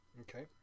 Okay